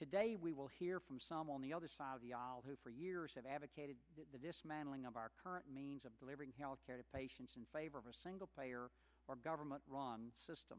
today we will hear from some on the other side of the aisle who for years have advocated the dismantling of our current means of delivering health care to patients in favor of a single payer or government run system